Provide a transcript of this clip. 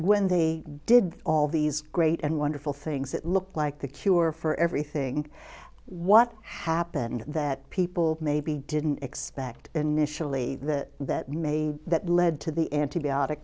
when they did all these great and wonderful things that looked like the cure for everything what happened that people maybe didn't expect initially the that made that led to the antibiotic